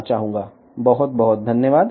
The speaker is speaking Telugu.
చాలా ధన్యవాదాలు